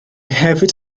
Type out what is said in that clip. hefyd